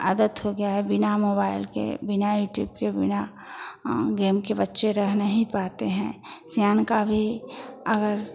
आदत हो गया है बिना मोबाइल के बिना युट्यूब के बिना गेम के बच्चे रह नहीं पाते हैं सियाने का भी अगर